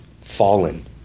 fallen